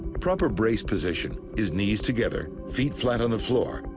proper brace position is knees together, feet flat on the floor,